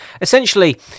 essentially